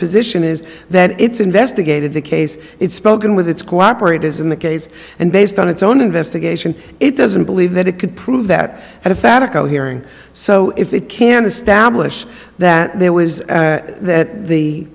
position is that it's investigated the case it's spoken with it's cooperated in the case and based on its own investigation it doesn't believe that it could prove that at a phatic hearing so if it can establish that there was that the